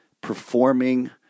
performing